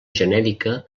genèrica